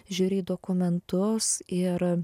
žiūri į dokumentus ir